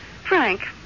Frank